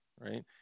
right